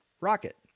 rocket